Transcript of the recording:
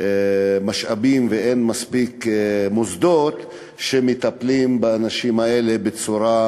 משאבים ואין מספיק מוסדות שמטפלים באנשים האלה בצורה